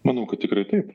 manau kad tikrai taip